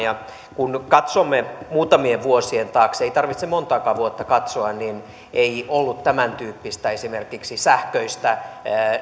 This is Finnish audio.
kun katsomme muutamien vuosien taakse ei tarvitse montaakaan vuotta katsoa niin ei ollut esimerkiksi tämäntyyppistä sähköistä